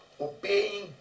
obeying